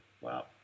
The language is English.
Wow